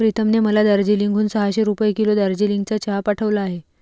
प्रीतमने मला दार्जिलिंग हून सहाशे रुपये किलो दार्जिलिंगचा चहा पाठवला आहे